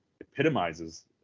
epitomizes